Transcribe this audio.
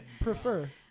prefer